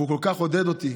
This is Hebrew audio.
והוא כל כך עודד אותי,